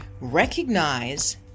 Recognize